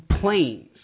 planes